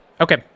Okay